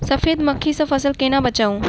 सफेद मक्खी सँ फसल केना बचाऊ?